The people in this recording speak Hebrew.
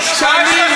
שנים,